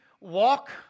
walk